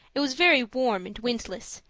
it was very warm and windless,